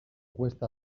cuesta